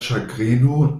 ĉagreno